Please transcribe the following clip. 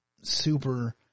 super